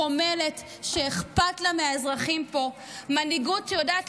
חומלת, שאכפת לה מהאזרחים פה, מנהיגות שיודעת